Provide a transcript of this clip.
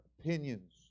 opinions